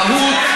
רהוט,